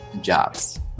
Jobs